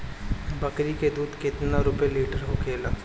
बकड़ी के दूध केतना रुपया लीटर होखेला?